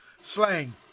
slang